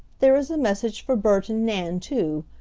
there is a message for bert and nan too,